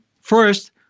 First